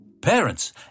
Parents